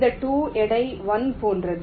இந்த 2 எடை 1 போன்றது